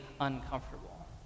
uncomfortable